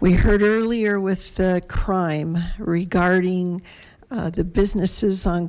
we heard earlier with the crime regarding the businesses on